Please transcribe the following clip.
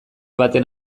baten